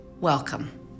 Welcome